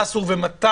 מה אסור ומתי,